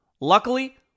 Luckily